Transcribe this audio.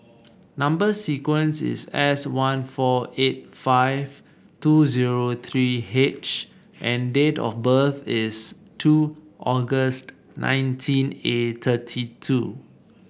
number sequence is S one four eight five two zero three H and date of birth is two August nineteen and thirty two